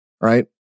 right